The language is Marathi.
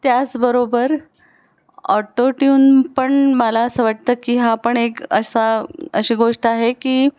त्याचबरोबर ऑटोट्यून पण मला असं वाटतं की हा पण एक असा अशी गोष्ट आहे की